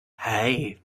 hey